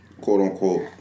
quote-unquote